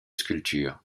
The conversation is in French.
sculptures